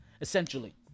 essentially